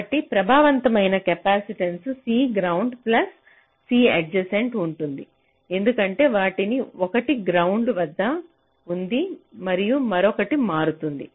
కాబట్టి ప్రభావవంతమైన capacitance C ground plus C adjacent ఉంటుంది ఎందుకంటే వాటిలో ఒకటి గ్రౌండ్ వద్ద ఉంది మరియు మరొకటి మారుతోంది